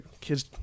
kids